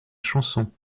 chanson